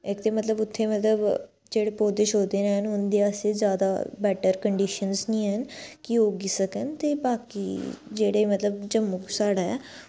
इक ते मतलब उत्थें मतलब जेह्ड़े पौधे हैन उंदे वास्तै जैदा बैटर कंडीशन्स निं हैन की बूह्टे उग्गी सक्कन ते बाकी साढ़े